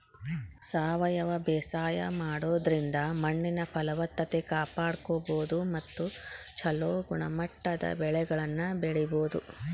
ಸಾವಯವ ಬೇಸಾಯ ಮಾಡೋದ್ರಿಂದ ಮಣ್ಣಿನ ಫಲವತ್ತತೆ ಕಾಪಾಡ್ಕೋಬೋದು ಮತ್ತ ಚೊಲೋ ಗುಣಮಟ್ಟದ ಬೆಳೆಗಳನ್ನ ಬೆಳಿಬೊದು